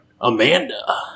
Amanda